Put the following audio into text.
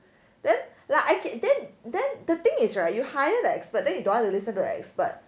then like I ke~ then then the thing is right you hire the expert then you don't want to listen to the expert